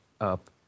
up